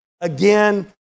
again